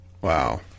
Wow